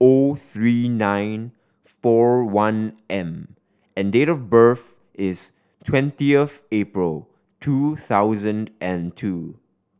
O three nine four one M and date of birth is twentieth April two thousand and two